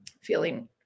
feeling